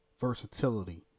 Versatility